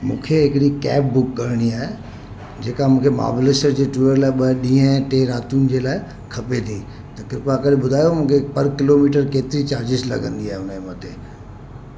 मूंखे हिकिड़ी cab book करिणी आहे जेका मूंखे महाबलेश्वर जे टूर लाइ ॿ ॾींहुं टे रातियुनि जे लाइ खपे थी त कृपा करे ॿुधायो मूंखे पर किलोमीटर केतिरी चार्जिस लॻंदी आहे हुनजे मथे